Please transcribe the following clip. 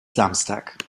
samstag